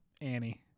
Annie